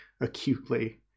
acutely